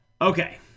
Okay